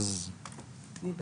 מי בעד?